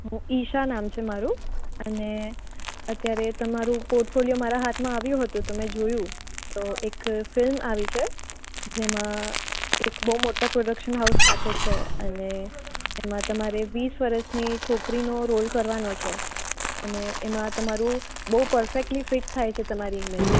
હં ઈશા નામ છે મારુ અને અત્યારે તમારો પોર્ટફોલિયો મારા હાથમાં આવ્યું હતું તો મેં જોયું તો એક ફિલ્મ આવી છે જેમાં એક બહુ મોટા પ્રોડક્શન હાઉસ સાથે છે અને એમાં તમારે વીસ વર્ષની છોકરીનો રોલ કરવાનો છે અને એમાં તમારું બહુ પર્ફેક્ટલી ફિટ થાય છે તમારી ઇમેજ